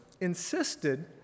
insisted